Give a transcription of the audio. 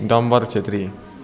Dambar Chhetri